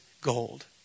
gold